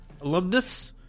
alumnus